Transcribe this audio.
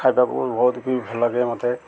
ଖାଇବାକୁ ବହୁତ ବି ଭଲ ଲାଗେ ମତେ